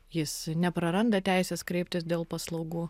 jis nepraranda teisės kreiptis dėl paslaugų